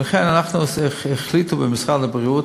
ולכן החליטו במשרד הבריאות,